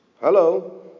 Hello